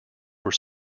were